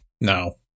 no